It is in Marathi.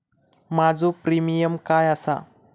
माझो प्रीमियम काय आसा?